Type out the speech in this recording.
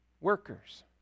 Workers